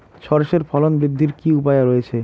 সর্ষের ফলন বৃদ্ধির কি উপায় রয়েছে?